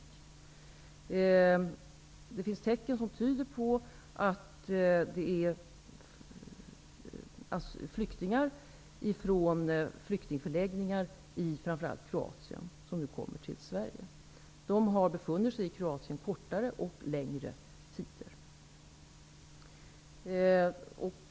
Det finns tecken på att det är flyktingar från flyktingförläggningar i framför allt Kroatien som nu kommer till Sverige. De har befunnit sig i Kroatien under kortare och längre tider.